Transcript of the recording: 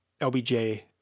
LBJ